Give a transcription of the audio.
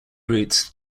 routes